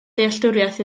dealltwriaeth